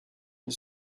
une